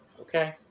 Okay